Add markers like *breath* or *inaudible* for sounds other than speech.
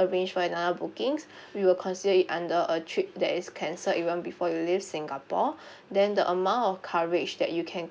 arrange for another bookings *breath* we will consider it under a trip that is cancelled even before you leave singapore *breath* then the amount of coverage that you can